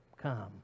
come